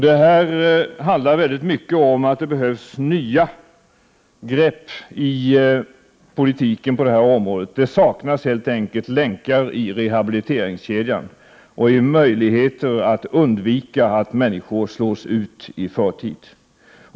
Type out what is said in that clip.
Det handlar väldigt mycket om att det behövs nya grepp i politiken på det här området. Det saknas helt enkelt länkar i rehabiliteringskedjan och i möjligheterna att undvika att människor slås ut i förtid.